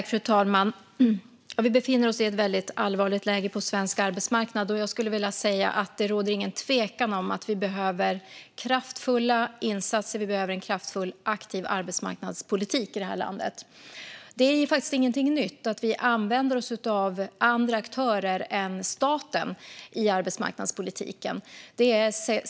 Fru talman! Vi befinner oss i ett väldigt allvarligt läge på svensk arbetsmarknad, och jag skulle vilja säga att det inte råder någon tvekan om att vi behöver kraftfulla insatser och en kraftfull, aktiv arbetsmarknadspolitik i det här landet. Det är faktiskt ingenting nytt att vi använder oss av andra aktörer än staten i arbetsmarknadspolitiken.